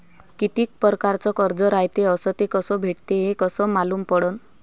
कितीक परकारचं कर्ज रायते अस ते कस भेटते, हे कस मालूम पडनं?